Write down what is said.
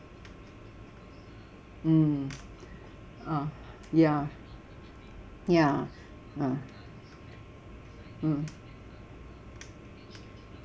mm ah ya ya ah mm